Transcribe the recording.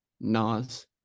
Nas